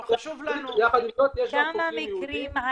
חשוב לנו --- יחד עם זאת יש גם חוקרים יהודים ש --- בכמה מקרים האישה